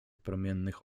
promiennych